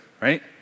right